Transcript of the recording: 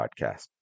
podcast